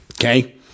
Okay